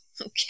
Okay